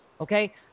Okay